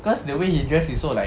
cause the way he dress is so like